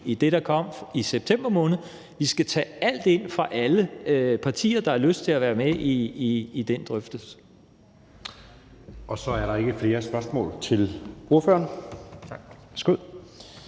i det, der kom i september måned. Vi skal tage alt ind fra alle partier, der har lyst til at være med i den drøftelse. Kl. 15:46 Anden næstformand (Jeppe Søe): Så er der ikke flere spørgsmål til ordføreren. Den næste